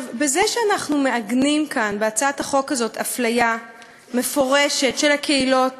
בזה שאנחנו מעגנים כאן בהצעת החוק הזאת אפליה מפורשת של הקהילות